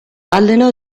allenò